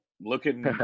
looking